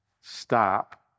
Stop